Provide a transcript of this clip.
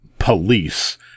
police